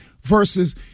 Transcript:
versus